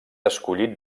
escollit